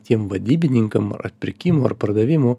tiem vadybininkams ar atpirkimų ir pardavimų